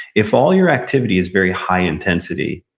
if all your activity is very high intensity,